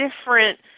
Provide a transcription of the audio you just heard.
different